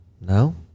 No